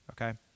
okay